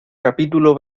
capítulo